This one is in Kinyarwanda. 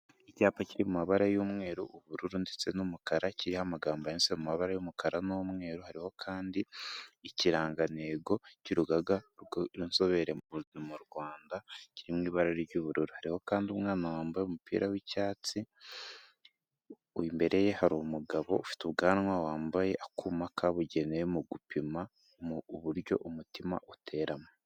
Icyapa kiri mu mabara y'umweru, ubururu ndetse n'umukara, kiriho amagambo yanditse mu mabara y'umukara n'umweru, hariho kandi ikirangantego cy'urugaga rw'inzobere mu Rwanda, kiri mu ibara ry'ubururu, hariho kandi umwana wambaye umupira w'icyatsi, imbere ye hari umugabo ufite ubwanwa wambaye akuma kabugenewe mu gupima uburyo umutima uteramo.